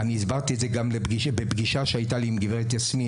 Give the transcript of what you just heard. אני הסברתי את זה גם בפגישה שהייתה לי עם גברת יסמין,